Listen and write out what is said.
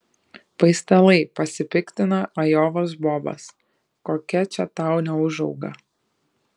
paistalai pasipiktino ajovos bobas kokia čia tau neūžauga